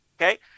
Okay